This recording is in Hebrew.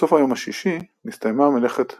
בסוף היום השישי נסתיימה מלאכת הבריאה,